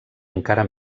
encara